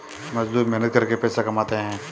मजदूर मेहनत करके पैसा कमाते है